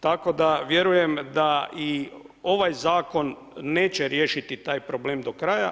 Tako da vjerujem da i ovaj zakon neće riješiti taj problem do kraja.